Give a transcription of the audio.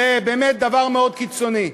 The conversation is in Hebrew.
זה באמת דבר מאוד קיצוני.